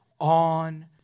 on